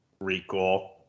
recall